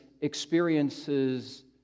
experiences